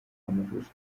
amashusho